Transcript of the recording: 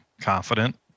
confident